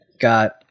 got